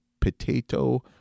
potato